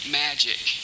magic